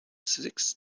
six